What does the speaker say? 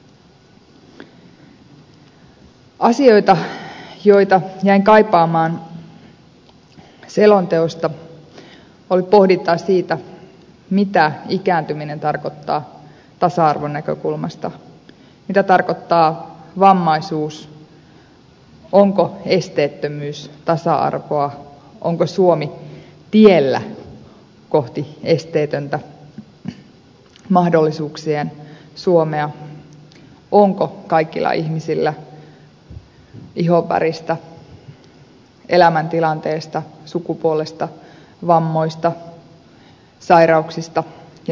se mitä jäin kaipaamaan selonteosta oli pohdinta siitä mitä ikääntyminen tarkoittaa tasa arvon näkökulmasta mitä tarkoittaa vammaisuus onko esteettömyys tasa arvoa onko suomi tiellä kohti esteetöntä mahdollisuuksien suomea onko kaikilla ihmisillä ihonväristä elämäntilanteesta sukupuolesta vammoista sairauksista ja niin edelleen